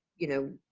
you know,